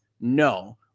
No